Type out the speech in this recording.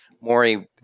Maury